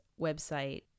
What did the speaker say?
website